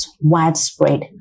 widespread